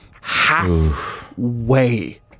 Halfway